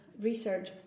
research